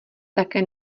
také